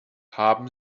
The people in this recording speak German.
haben